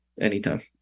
anytime